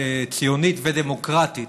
ציונית ודמוקרטית